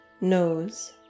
nose